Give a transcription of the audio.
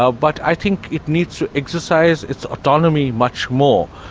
ah but i think it needs to exercise its autonomy much more.